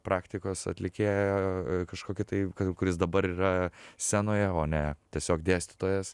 praktikos atlikėją kažkokį tai kuris dabar yra scenoje o ne tiesiog dėstytojas